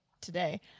today